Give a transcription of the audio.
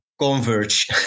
Converge